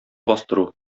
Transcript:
бастыру